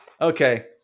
Okay